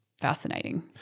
Fascinating